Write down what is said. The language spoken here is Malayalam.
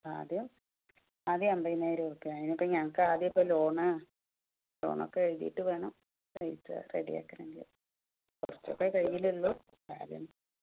ആദ്യം ആദ്യം അമ്പതിനായിരം ഉറുപ്പിക അതിനിപ്പോൾ ഞങ്ങൾക്കാദ്യം ഇപ്പോൾ ലോൺ ലോണൊക്കെ എഴുതിയിട്ട് വേണം പൈസ റെഡിയാക്കണമെങ്കിൽ കുറച്ചൊക്കെയേ കയ്യിലുള്ളൂ ആദ്യം